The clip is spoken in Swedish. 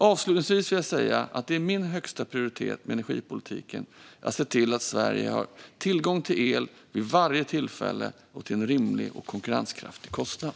Avslutningsvis vill jag säga att det är min högsta prioritet i energipolitiken att se till att Sverige har tillgång till el vid varje tillfälle och till en rimlig och konkurrenskraftig kostnad.